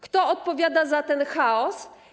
Kto odpowiada za ten chaos?